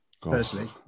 personally